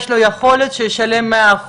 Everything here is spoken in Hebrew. שצריך לשלם את זה הוא בעל המקרקעין,